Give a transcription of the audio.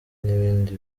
n’ibindi